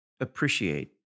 appreciate